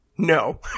no